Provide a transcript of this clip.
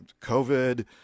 COVID